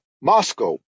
Moscow